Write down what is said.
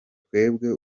twebwe